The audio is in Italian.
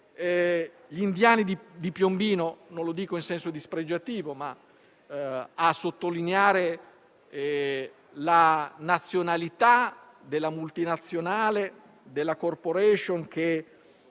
agli indiani di Piombino (lo dico non in senso dispregiativo, ma a sottolineare la nazionalità della multinazionale), che hanno atteso